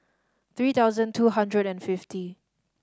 three thousand two hundred and fifty